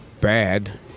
bad